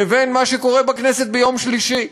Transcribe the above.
לבין מה שקורה בכנסת ביום שלישי.